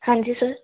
ਹਾਂਜੀ ਸਰ